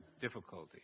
difficulty